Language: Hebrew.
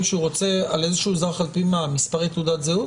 שהוא רוצה על איזשהו אזרח על-פי מספרי תעודת זהות?